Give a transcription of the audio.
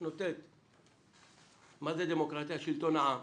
שלטון העם.